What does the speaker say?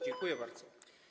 Dziękuję bardzo.